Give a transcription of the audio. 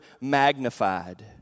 magnified